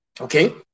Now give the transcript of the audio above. okay